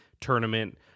tournament